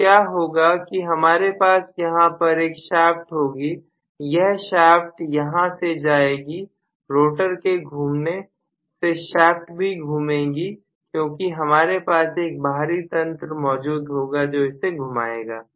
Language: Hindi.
तो क्या होगा कि हमारे पास यहां पर एक शाफ्ट होगी यह शाफ्ट यहां से जाएगी रोटर के घूमने से शाफ्ट भी घूमेंगे क्योंकि हमारे पास एक बाहरी तंत्र मौजूद होगा जो इसे घुमाएगा